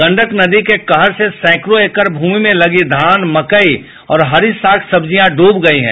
गंडक नदी के कहर से सैकड़ों एकड़ भूमि में लगी धान मकई और हरी साग सब्जियां डूब गयी है